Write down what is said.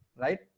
right